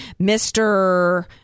Mr